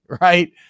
right